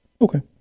Okay